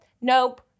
nope